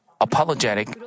apologetic